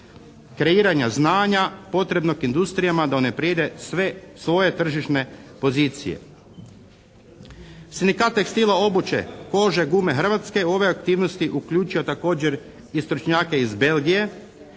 kreiranja znanja potrebnog industrijama da unaprijede sve svoje tržišne pozicije. Sindikat tekstila obuće, kože, gume hrvatske u ove aktivnosti uključio također i stručnjake iz Belgije